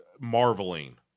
marveling